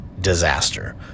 disaster